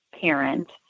parent